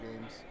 Games